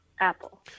Apple